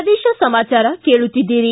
ಪ್ರದೇಶ ಸಮಾಚಾರ ಕೇಳುತ್ತೀದ್ದಿರಿ